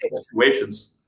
situations